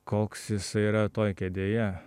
koks jisai yra toj kėdėje